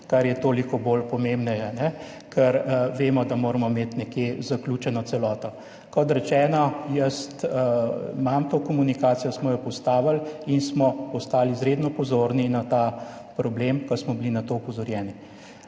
kar je toliko pomembneje, ker vemo, da moramo imeti nekje zaključeno celoto. Kot rečeno, imam to komunikacijo, smo jo postavili in smo postali izredno pozorni na ta problem, ko smo bili na to opozorjeni.